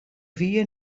wie